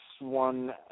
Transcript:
one